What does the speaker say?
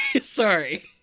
sorry